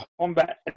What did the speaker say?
Combat